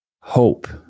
hope